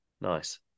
Nice